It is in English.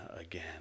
again